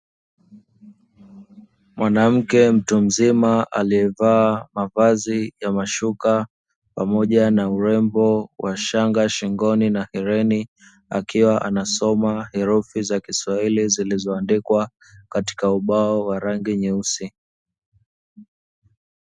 Mwanamke mtu mzima aliyevaa mavazi ya mashuka pamoja na urembo wa shanga shingoni na herein akiwa anasoma herufi za Kiswahili zilizoandikwa katika ubao wa rangi nyeusi.